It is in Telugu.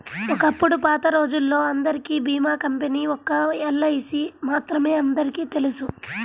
ఒకప్పుడు పాతరోజుల్లో అందరికీ భీమా కంపెనీ ఒక్క ఎల్ఐసీ మాత్రమే అందరికీ తెలుసు